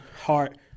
heart